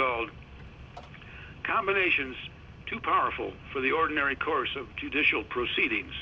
called combinations too powerful for the ordinary course of judicial proceedings